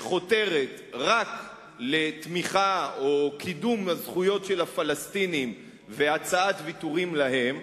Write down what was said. שחותרת רק לתמיכה או לקידום הזכויות של הפלסטינים והצעת ויתורים להם,